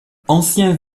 ancien